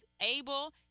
able